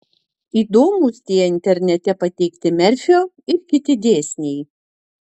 įdomūs tie internete pateikti merfio ir kiti dėsniai